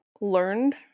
learned